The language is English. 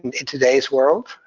in today's world.